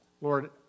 Lord